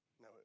No